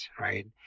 right